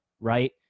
right